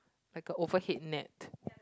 like a overhead net